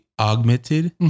augmented